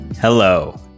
Hello